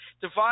divide